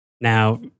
Now